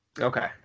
Okay